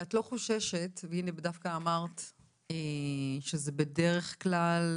ואת לא חוששת, והנה, דווקא אמרת שזה בדרך כלל